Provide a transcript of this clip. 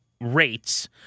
rates